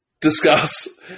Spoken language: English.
discuss